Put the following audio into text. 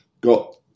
got